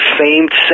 famed